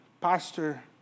Pastor